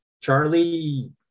Charlie